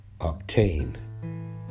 obtain